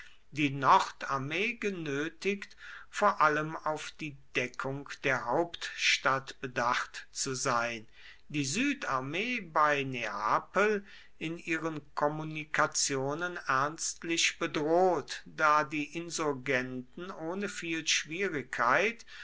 die nordarmee genötigt vor allem auf die deckung der hauptstadt bedacht zu sein die südarmee bei neapel in ihren kommunikationen ernstlich bedroht da die insurgenten ohne viele schwierigkeit